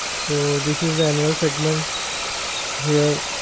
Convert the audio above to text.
so this is the another segment here